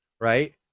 right